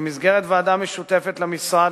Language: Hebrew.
במסגרת ועדה משותפת למשרד,